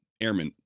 airmen